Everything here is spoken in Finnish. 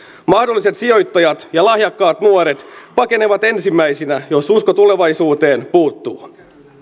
mahdolliset sijoittajat ja lahjakkaat nuoret pakenevat ensimmäisinä jos usko tulevaisuuteen puuttuu